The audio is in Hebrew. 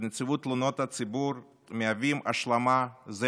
ונציבות תלונות הציבור מהווים השלמה זה